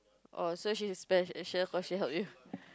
oh so she special cause she help you